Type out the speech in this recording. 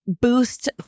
Boost